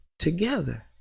together